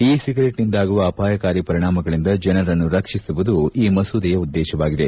E cigarette ನಿಂದಾಗುವ ಅಪಾಯಕಾರಿ ಪರಿಣಾಮಗಳಿಂದ ಜನರನ್ನು ರಕ್ಷಿಸುವುದು ಈ ಮಸೂದೆಯ ಉದ್ದೇಶವಾಗಿದೆ